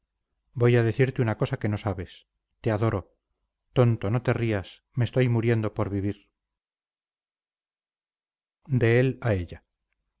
voy a decirte una cosa que no sabes te adoro tonto no te rías me estoy muriendo por vivir de él a ella